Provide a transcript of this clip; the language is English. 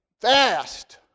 fast